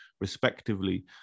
respectively